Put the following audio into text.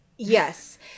Yes